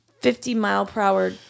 50-mile-per-hour